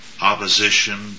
opposition